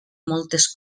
moltes